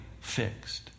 fixed